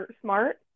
smart